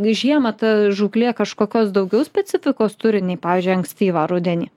žiemą ta žūklė kažkokios daugiau specifikos turi nei pavyzdžiui ankstyvą rudenį